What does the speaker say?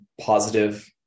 positive